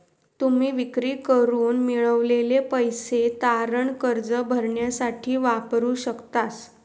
तुम्ही विक्री करून मिळवलेले पैसे तारण कर्ज भरण्यासाठी वापरू शकतास